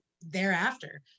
thereafter